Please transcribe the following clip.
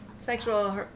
Sexual